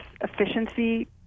efficiency